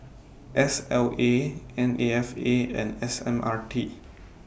S L A N A F A and S M R T